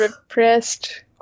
repressed